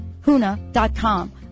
HUNA.com